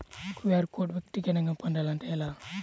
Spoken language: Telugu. క్యూ.అర్ కోడ్ వ్యక్తిగతంగా పొందాలంటే ఎలా?